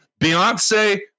beyonce